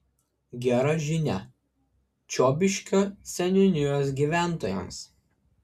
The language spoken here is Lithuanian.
gera žinia čiobiškio seniūnijos gyventojams